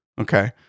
okay